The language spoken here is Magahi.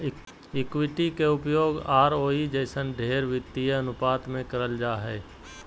इक्विटी के उपयोग आरओई जइसन ढेर वित्तीय अनुपात मे करल जा हय